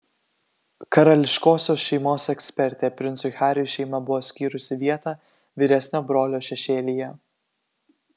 karališkosios šeimos ekspertė princui hariui šeima buvo skyrusi vietą vyresnio brolio šešėlyje